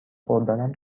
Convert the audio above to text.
خوردنم